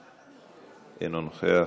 אינו נוכח,